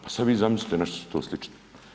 Pa sad vi zamislite na što će to sličiti.